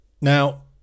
Now